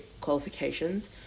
qualifications